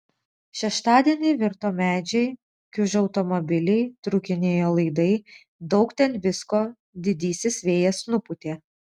šeštadienį virto medžiai kiužo automobiliai trūkinėjo laidai daug ten visko didysis vėjas nupūtė